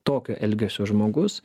tokio elgesio žmogus